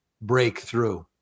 breakthrough